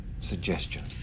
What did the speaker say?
suggestion